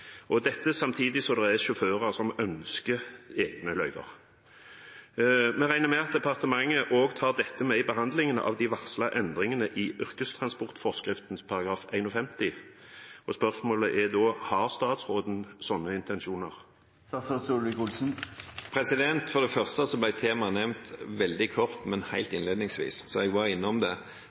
og dette samtidig som det er sjåfører som ønsker egne løyver. Jeg regner med at departementet også tar dette med i behandlingen av de varslede endringene i yrkestransportforskriften § 51. Spørsmålet er da: Har statsråden slike intensjoner? For det første ble temaet nevnt veldig kort, men helt innledningsvis, så jeg var innom det.